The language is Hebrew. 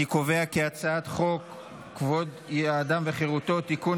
אני קובע כי הצעת חוק-יסוד: כבוד האדם וחירותו (תיקון,